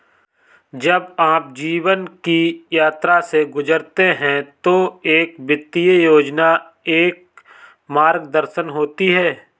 जब आप जीवन की यात्रा से गुजरते हैं तो एक वित्तीय योजना एक मार्गदर्शन होती है